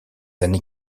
années